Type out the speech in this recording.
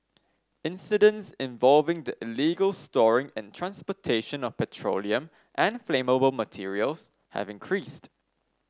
incidents involving the illegal storing and transportation of petroleum and flammable materials have increased